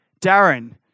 Darren